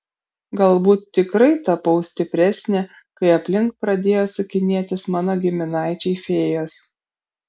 galbūt tikrai tapau stipresnė kai aplink pradėjo sukinėtis mano giminaičiai fėjos